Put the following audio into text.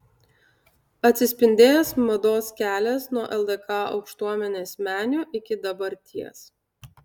atsispindės mados kelias nuo ldk aukštuomenės menių iki dabarties